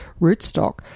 rootstock